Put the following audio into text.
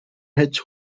hits